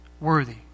worthy